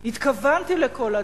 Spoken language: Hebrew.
"התכוונתי לכל אדם,